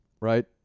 Right